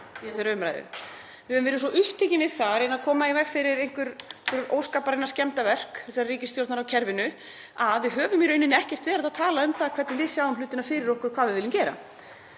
þessari umræðu. Við höfum verið svo upptekin við að reyna að koma í veg fyrir einhver óskapaskemmdarverk þessarar ríkisstjórnar á kerfinu að við höfum í rauninni ekkert verið að tala um það hvernig við sjáum hlutina fyrir okkur, hvað við viljum gera